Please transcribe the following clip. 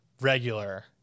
regular